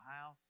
house